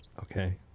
Okay